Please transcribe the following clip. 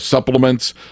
Supplements